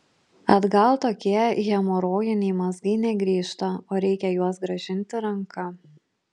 atgal tokie hemorojiniai mazgai negrįžta o reikia juos grąžinti ranka